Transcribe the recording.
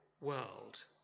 world